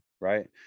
right